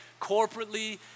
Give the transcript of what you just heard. corporately